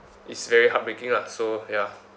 is very heartbreaking lah so ya